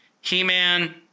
He-Man